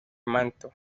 manto